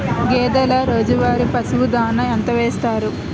గేదెల రోజువారి పశువు దాణాఎంత వేస్తారు?